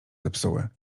zepsuły